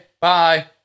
Bye